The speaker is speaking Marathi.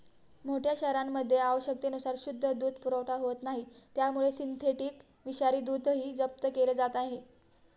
मोठ्या शहरांमध्ये आवश्यकतेनुसार शुद्ध दूध पुरवठा होत नाही त्यामुळे सिंथेटिक विषारी दूधही जप्त केले जात आहे